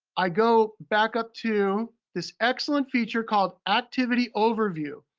i go back up to this excellent feature called activity overview.